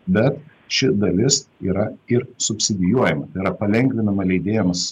bet ši dalis yra ir subsidijuojama tai yra palengvinama leidėjams